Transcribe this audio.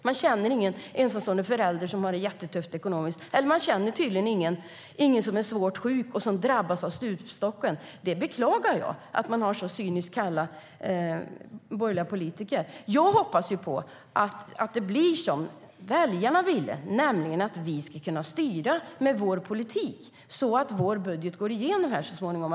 De känner ingen ensamstående förälder som har det jättetufft ekonomiskt. De känner inte heller någon som är svårt sjuk och som drabbas av stupstocken. Jag beklagar att det finns så cyniska och kalla borgerliga politiker. Jag hoppas att det blir som väljarna ville, nämligen att vi ska kunna styra med vår politik så att vår budget så småningom går igenom.